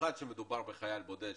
ובמיוחד שמדובר בחייל בודד,